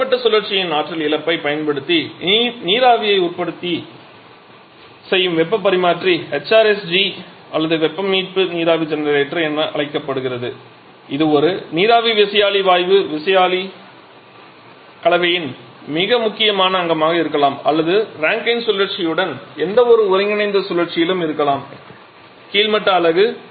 மேல்மட்ட சுழற்சியின் ஆற்றல் இழப்பைப் பயன்படுத்தி நீராவியை உற்பத்தி செய்யும் வெப்பப் பரிமாற்றி HRSG அல்லது வெப்ப மீட்பு நீராவி ஜெனரேட்டர் என அழைக்கப்படுகிறது இது ஒரு நீராவி விசையாழி வாயு விசையாழி கலவையின் மிக முக்கியமான அங்கமாக இருக்கலாம் அல்லது ரேங்கைன் சுழற்சியுடன் எந்தவொரு ஒருங்கிணைந்த சுழற்சியிலும் இருக்கலாம் கீழ்மட்ட அலகு